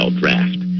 draft